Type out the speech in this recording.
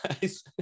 guys